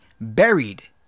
buried